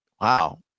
wow